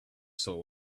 soul